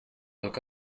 look